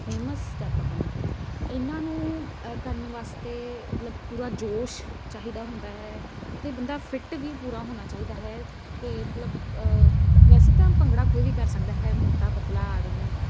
famous step ਹਨ ਇਹਨਾਂ ਨੂੰ ਕਰਨ ਵਾਸਤੇ ਮਤਲਬ ਪੂਰਾ ਜੋਸ਼ ਚਾਹੀਦਾ ਹੁੰਦਾ ਹੈ ਅਤੇ ਬੰਦਾ ਫਿੱਟ ਵੀ ਪੂਰਾ ਹੋਣਾ ਚਾਹੀਦਾ ਹੈ ਕਿ ਮਤਲਬ ਵੈਸੇ ਤਾਂ ਭੰਗੜਾ ਕੋਈ ਵੀ ਕਰ ਸਕਦਾ ਹੈ ਮੋਟਾ ਪਤਲਾ ਆਦਮੀ